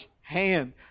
hand